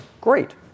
great